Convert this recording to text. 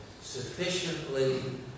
sufficiently